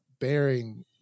bearing